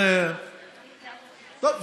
טוב,